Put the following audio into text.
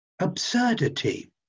absurdity